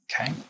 Okay